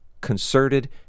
concerted